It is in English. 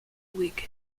whig